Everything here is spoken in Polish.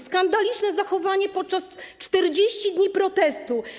Skandaliczne zachowanie podczas 40 dni protestu.